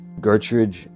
Gertrude